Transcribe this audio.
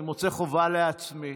אני מוצא חובה לעצמי